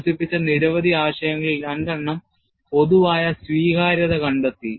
വികസിപ്പിച്ച നിരവധി ആശയങ്ങളിൽ രണ്ടെണ്ണം പൊതുവായ സ്വീകാര്യത കണ്ടെത്തി